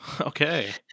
Okay